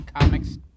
comics